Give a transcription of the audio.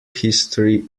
history